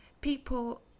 People